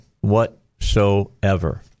whatsoever